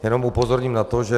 Jenom upozorním na to, že